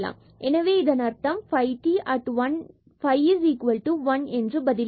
எனவே இதன் அர்த்தம் phi at 1 phi 1 இதை பதிலீடு செய்கின்றோம்